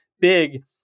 big